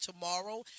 tomorrow